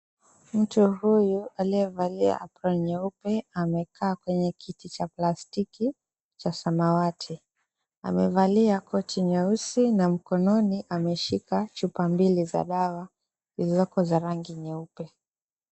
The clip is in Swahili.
Mtu huyu, aliyevalia aproni nyeupe, amekaa kwenye kiti cha plastiki cha samawati. Amevalia koti nyeusi na mkononi ameshika chupa mbili za dawa zilizoko za rangi nyeupe.